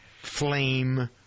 flame